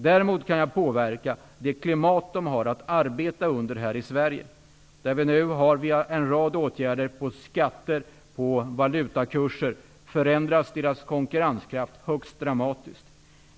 Däremot kan jag påverka det klimat som de har att arbeta i här i Sverige. Vi har nu via en rad åtgärder på skatte och valutakursområdena förändrat deras konkurrenskraft högst dramatiskt.